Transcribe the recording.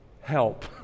help